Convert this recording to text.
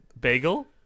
bagel